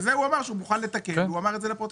וזה הוא אמר שהוא מוכן לתקן והוא אמר את זה לפרוטוקול.